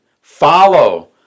follow